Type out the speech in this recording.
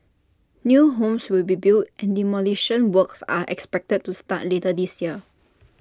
new homes will be built and demolition works are expected to start later this year